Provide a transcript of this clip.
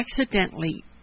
accidentally